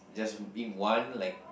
just be one like